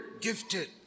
Gifted